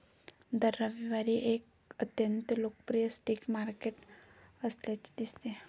दर रविवारी एक अत्यंत लोकप्रिय स्ट्रीट मार्केट असल्याचे दिसते